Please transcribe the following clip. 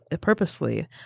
purposely